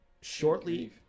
Shortly